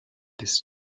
this